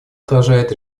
отражает